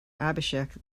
abhishek